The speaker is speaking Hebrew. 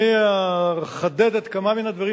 אני אחדד כמה מהדברים,